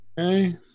Okay